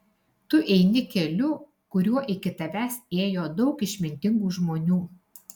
tu eini keliu kuriuo iki tavęs ėjo daug išmintingų žmonių